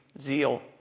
zeal